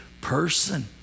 person